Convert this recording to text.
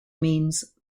means